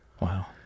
Wow